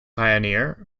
pioneer